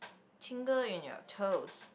tingle in your toes